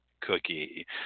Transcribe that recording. cookie